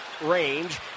range